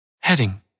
Heading